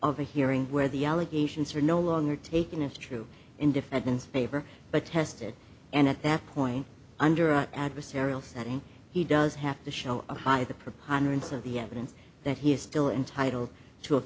a hearing where the allegations are no longer taken as true in defendant's favor but tested and at that point under a adversarial setting he does have to show a high the preponderance of the evidence that he is still entitled to a